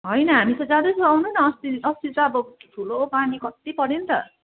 होइन हामी त जाँदैछु आउनु न अस्ति अस्ति त अब ठुलो पानी कत्ति पऱ्यो नि त